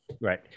Right